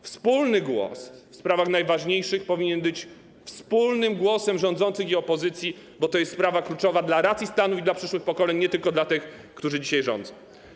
Wspólny głos w sprawach najważniejszych powinien być wspólnym głosem rządzących i opozycji, bo to jest sprawa kluczowa i dla racji stanu, i dla przyszłych pokoleń, nie tylko dla tych, którzy dzisiaj rządzą.